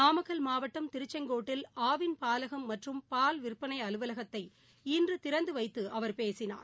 நாமக்கல் மாவட்டம் திருச்செங்கோட்டில் ஆவின் பாலகம் மற்றும் பால் விற்பனை அலுவலகத்தை இன்று திறந்து வைத்து அவர் பேசினார்